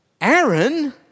Aaron